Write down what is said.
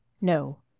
No